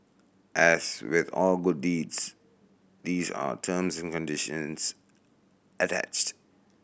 as with all good these are terms and conditions attached